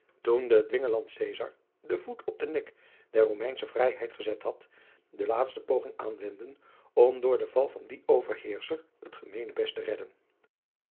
de dwingeland caesar den voet op den nek der romeinsche vrijheid gezet had de laatste poging aanwendden om door den val van dien overheerscher het gemeenebest te redden